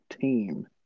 team